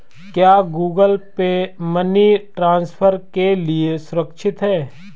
क्या Google Pay money transfer के लिए सुरक्षित है?